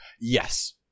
Yes